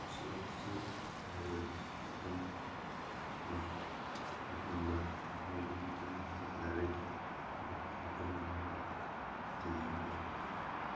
ꯁꯤ ꯑꯦꯞꯁꯇꯨ ꯚꯥꯏꯔꯦꯜ ꯃꯇꯝ ꯑꯥ ꯃꯥꯡꯍꯟꯕ ꯃꯣꯏꯒꯤ ꯃꯇꯝ ꯃꯥꯡꯍꯟꯕ ꯂꯥꯏꯔꯤꯛꯀꯤ ꯃꯇꯝ ꯃꯥꯡꯍꯟꯕ ꯑꯗꯨ ꯌꯥꯝ ꯂꯩ